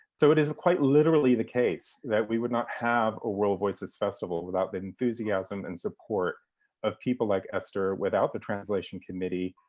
so it is quite literally the case that we would not have a world voices festival without the enthusiasm and support of people like esther, without the translation committee,